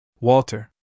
Walter